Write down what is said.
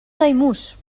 daimús